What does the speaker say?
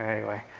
anyway.